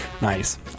Nice